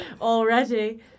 already